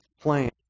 plan